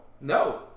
No